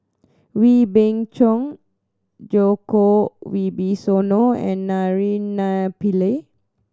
Wee Beng Chong Djoko Wibisono and Naraina Pillai